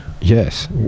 Yes